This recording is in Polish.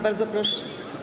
Bardzo proszę.